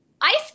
ICE